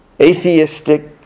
atheistic